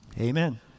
amen